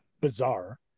bizarre